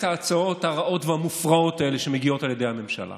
ההצעות הרעות והמופרעות האלה שמגיעות על ידי הממשלה